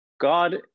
God